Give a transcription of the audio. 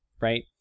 right